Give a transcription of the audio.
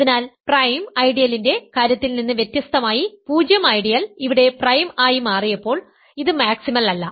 അതിനാൽ പ്രൈം ഐഡിയലിന്റെ കാര്യത്തിൽ നിന്ന് വ്യത്യസ്തമായി 0 ഐഡിയൽ ഇവിടെ പ്രൈം ആയി മാറിയപ്പോൾ ഇത് മാക്സിമൽ അല്ല